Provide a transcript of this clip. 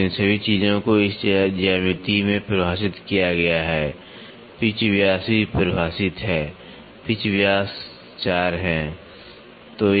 तो इन सभी चीजों को इस ज्यामिति में परिभाषित किया गया है पिच व्यास भी परिभाषित है पिच व्यास पिच व्यास 4 है